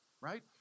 right